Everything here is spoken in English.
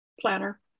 planner